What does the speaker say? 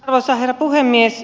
ai sääherra puhemies